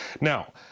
now